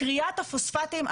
כריית הפוספטים,